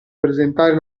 presentare